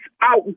out